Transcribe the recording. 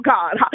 God